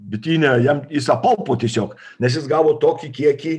bityne jam jis apalpo tiesiog nes jis gavo tokį kiekį